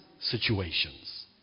situations